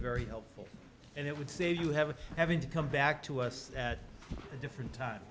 very helpful and it would save you having having to come back to us at a different time